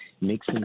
makes